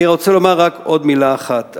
אני רוצה לומר רק עוד מלה אחת.